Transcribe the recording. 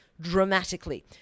dramatically